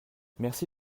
merci